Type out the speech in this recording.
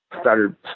started